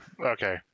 Okay